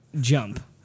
jump